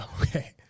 Okay